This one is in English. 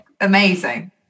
Amazing